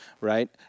right